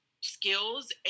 skills